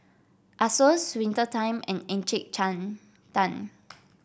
Asos Winter Time and Encik Tan